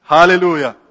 Hallelujah